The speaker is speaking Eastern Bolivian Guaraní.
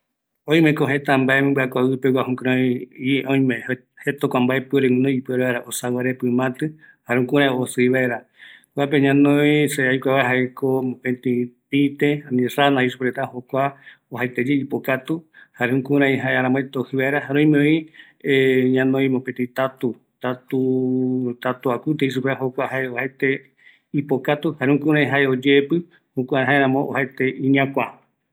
Oimeko kuareta mbaepuere guinoi osaguarepɨ matɨ, jare jüküraï ojɨi vaera, kuape ñanoi, pïte, oajaete ipokatu, oïmevi tatu akuti, jukuape jae oyeepɨ, jare oajaete iñakua